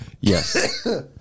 Yes